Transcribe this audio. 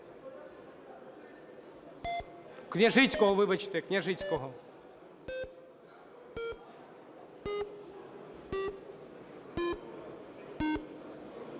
Княжицького, вибачте, Княжицького.